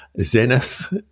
zenith